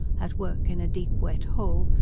at work in a deep wet hole,